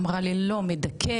אמרה לי "לא מדכא,